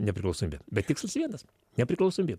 nepriklausomybę bet tikslas vienas nepriklausomybė